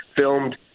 filmed